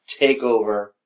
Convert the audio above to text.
Takeover